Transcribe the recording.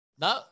No